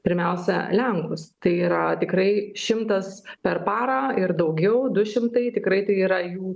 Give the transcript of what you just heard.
pirmiausia lenkus tai yra tikrai šimtas per parą ir daugiau du šimtai tikrai tai yra jų